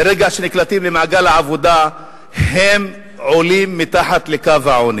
ברגע שהם נקלטים במעגל העבודה הם עולים מתחת לקו העוני.